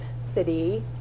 city